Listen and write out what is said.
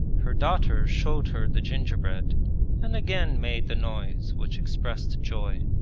her daughter showed her the gingerbread and again made the noise which expressed joy.